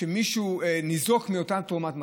שמישהו ניזוק מאותה תרומת מזון.